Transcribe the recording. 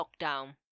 lockdown